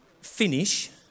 finish